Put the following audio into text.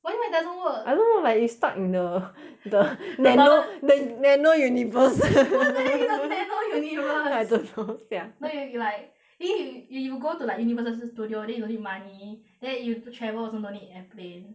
why you why doesn't work I don't know like you stuck in the the the toilet the the nano universe what the heck is a nano universe I don't know sia no no you be like eh you you go to like universal studio then you no need money then you travel also no need airplane